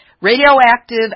radioactive